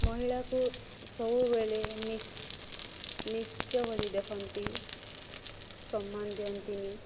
ମହିଳାକୁ ସବୁବେଳେ ନିଚ୍ଚ ଭଳି ଦେଖନ୍ତି ସମ୍ମାନ ଦିଅନ୍ତିନି